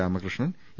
Ramakrishnan A